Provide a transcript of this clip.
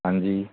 ਹਾਂਜੀ